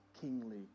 kingly